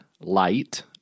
Light